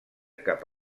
cap